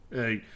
Hey